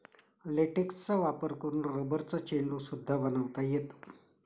लेटेक्सचा वापर करून रबरचा चेंडू सुद्धा बनवता येतो